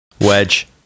wedge